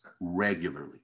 regularly